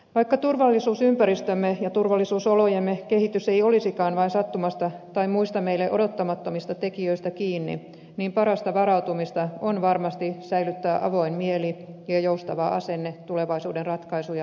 vaikka turvallisuusympäristömme ja turvallisuusolojemme kehitys ei olisikaan vain sattumasta tai muista meille odottamattomista tekijöistä kiinni niin parasta varautumista on varmasti säilyttää avoin mieli ja joustava asenne tulevaisuuden ratkaisuja ajatellen